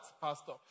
pastor